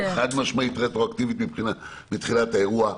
חד משמעית רטרואקטיבי מתחילת האירוע,